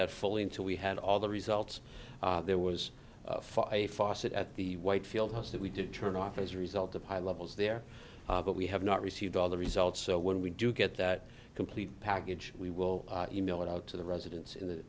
that fully into we had all the results there was a faucet at the white field house that we did turn off as a result of high levels there but we have not received all the results so when we do get that complete package we will e mail it out to the residents in the